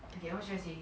eh don't stress already